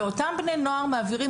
והם מעבירים,